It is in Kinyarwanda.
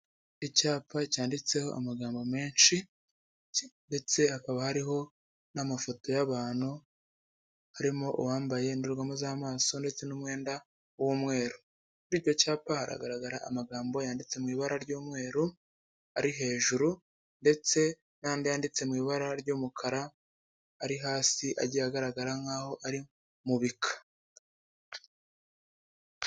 Icyapa cyanditseho amagambo menshi ndetse hakaba hariho n'amafoto y'abantu, harimo uwambaye indorerwamo z'amaso ndetse n'umwenda w'umweru. Kuri icyo cyapa haragaragara amagambo yanditse mu ibara ry'umweru ari hejuru ndetse n'andi yanditse mu ibara ry'umukara, ari hasi ajye agaragara nk'aho ari mu bika.